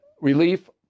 relief